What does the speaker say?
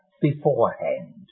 beforehand